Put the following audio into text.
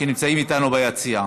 שנמצאים אתנו ביציע.